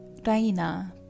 raina